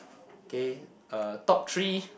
okay uh top three